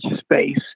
space